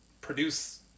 produce